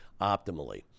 optimally